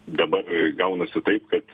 dabar gaunasi taip kad